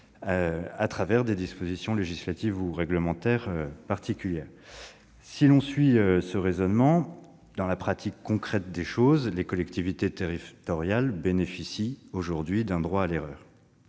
à travers des dispositions législatives ou réglementaires particulières. Si l'on suit ce raisonnement, dans la pratique concrète, les collectivités territoriales bénéficient aujourd'hui d'un droit à l'erreur.